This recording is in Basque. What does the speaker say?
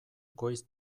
goiz